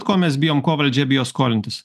ko mes bijom ko valdžia bijo skolintis